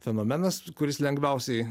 fenomenas kuris lengviausiai